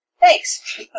Thanks